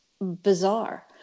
bizarre